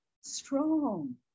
strong